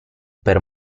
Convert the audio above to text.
per